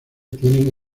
tienen